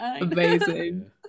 Amazing